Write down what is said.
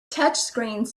touchscreens